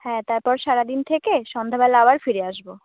হ্যাঁ তারপর সারাদিন থেকে সন্ধেবেলা আবার ফিরে আসবো